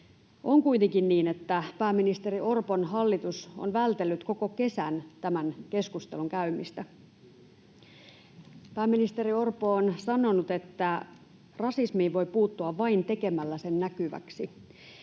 On kuitenkin niin, että pääministeri Orpon hallitus on vältellyt koko kesän tämän keskustelun käymistä. Pääministeri Orpo on sanonut, että rasismiin voi puuttua vain tekemällä sen näkyväksi,